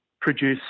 produce